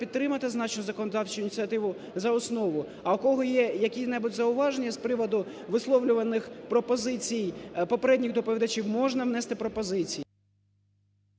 підтримати зазначену законодавчу ініціативу за основу. А в кого є які не будь зауваження з приводу висловлюваних пропозицій попередніх доповідачів, можна внести пропозиції…